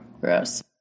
Gross